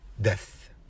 death